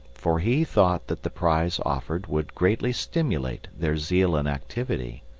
for he thought that the prize offered would greatly stimulate their zeal and activity.